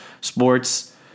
sports